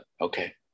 okay